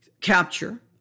Capture